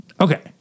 okay